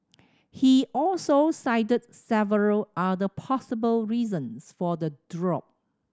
he also cited several other possible reasons for the drop